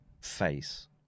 face